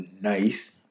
nice